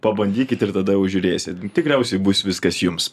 pabandykit ir tada jau žiūrėsit tikriausiai bus viskas jums